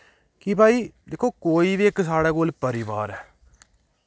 कि भाई दिक्खो कोई बी इक साढ़े कोल परिवार ऐ